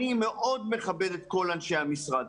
אני מאוד מכבד את כל אנשי המשרד.